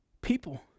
people